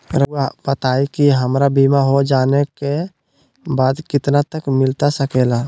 रहुआ बताइए कि हमारा बीमा हो जाने के बाद कितना तक मिलता सके ला?